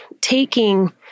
taking